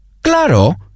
¡Claro